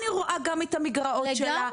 אני רואה גם את המגרעות שלה,